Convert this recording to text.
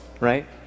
right